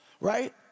right